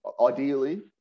Ideally